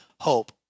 hope